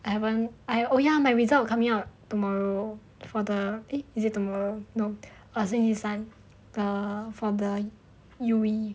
I haven't I oh ya my result coming out tomorrow for the eh is it tomorrow no 星期三 err for the U_E